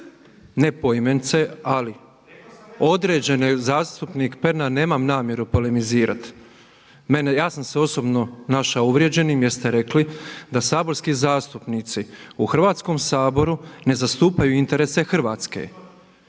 ne poimence ali određene, zastupnik Pernar nemam namjeru polemizirati, ja sam se osobno našao uvrijeđenim jer ste rekli da saborski zastupnici u Hrvatskom saboru ne zastupaju interese Hrvatske.